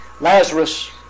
Lazarus